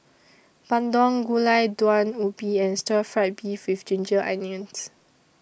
Bandung Gulai Daun Ubi and Stir Fried Beef with Ginger Onions